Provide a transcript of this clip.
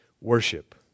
Worship